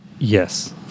Yes